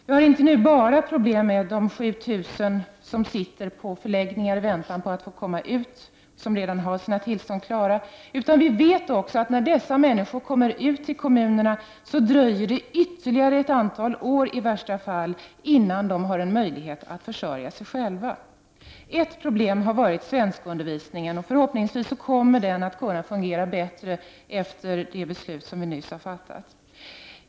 Men det gäller inte bara problemet med de 7 000 människor som finns på förläggningar och som väntar på att komma ut i samhället och vars tillstånd redan är klara, utan det gäller också en annan sak. När dessa människor kommer ut i kommunerna dröjer det, i värsta fall, nämligen ytterligare ett antal år tills de har möjlighet att själva försörja sig. Ett problem har varit svenskundervisningen. Men förhoppningsvis kommer denna att fungera bättre efter det beslut som vi nyss har fattat.